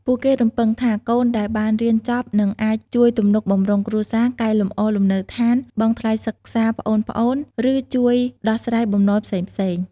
ពួកគេរំពឹងថា កូនដែលបានរៀនចប់នឹងអាចជួយទំនុកបម្រុងគ្រួសារ កែលម្អលំនៅឋាន បង់ថ្លៃសិក្សាប្អូនៗ ឬជួយដោះស្រាយបំណុលផ្សេងៗ។